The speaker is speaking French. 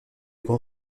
grand